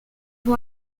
fue